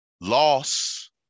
loss